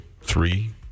three